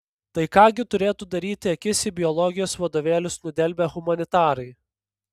tai ką gi turėtų daryti akis į biologijos vadovėlius nudelbę humanitarai